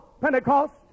Pentecost